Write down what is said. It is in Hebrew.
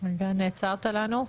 נעצרת לנו.